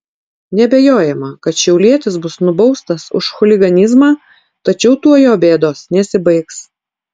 neabejojama kad šiaulietis bus nubaustas už chuliganizmą tačiau tuo jo bėdos nesibaigs